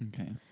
Okay